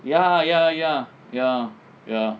ya ya ya ya ya